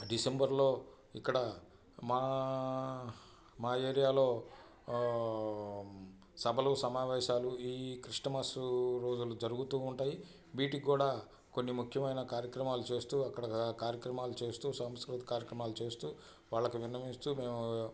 డిసెంబర్లో ఇక్కడ మా మా ఏరియాలో సభలు సమావేశాలు ఈ క్రిస్మస్ రోజులు జరుగుతూ ఉంటాయి వీటికి కూడా కొన్ని ముఖ్యమైన కార్యక్రమాలు చేస్తూ అక్కడ కార్యక్రమాలు చేస్తూ సంస్కృతి కార్యక్రమాలు చేస్తూ వాళ్ళకు విన్నవిస్తూ మేము